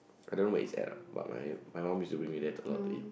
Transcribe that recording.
I don't know where is that lah but my my mum use to bring me there a lot to eat